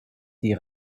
die